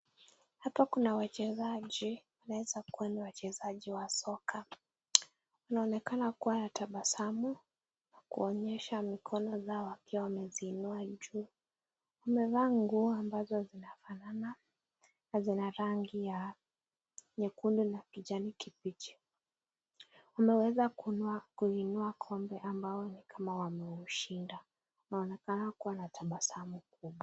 Hapa kuna wachezaji, wanaeza kuwa ni wachezaji wa soka, wanaonekana kuwa na tabasamu, kuonyesha mikono zao wakiwa wanaziinua juu, wamevaa nguo ambazo zinafanana, zina rangi ya nyekundu na kijani kibichi, wameweza kuinua kombe ambao ni kama wameushinda, wanaonekana kuwa na tabasamu kubwa.